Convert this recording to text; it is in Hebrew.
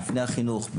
בפני החינוך,